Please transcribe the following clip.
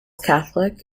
catholic